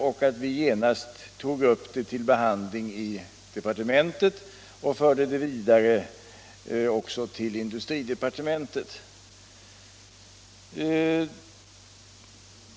Vi tog genast upp det till behandling i departementet och förde det också vidare till industridepartementet.